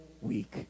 week